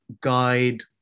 guide